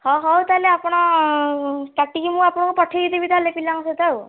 ହଁ ହଉ ତା'ହେଲେ ଆପଣ କାଟିକି ମୁଁ ଆପଣଙ୍କୁ ପଠାଇଦେବି ତା'ହେଲେ ପିଲାଙ୍କ ସହିତ ଆଉ